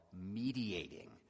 mediating